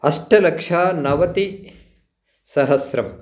अष्टलक्षनवतिसहस्रम्